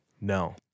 No